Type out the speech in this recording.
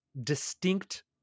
distinct